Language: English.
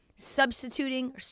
substituting